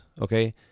okay